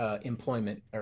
employment